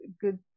good